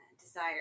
desire